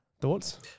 Thoughts